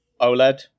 OLED